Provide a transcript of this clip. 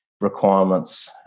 requirements